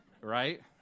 Right